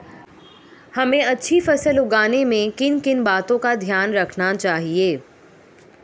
हमें अच्छी फसल उगाने में किन किन बातों का ध्यान रखना चाहिए?